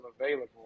available